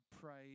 praise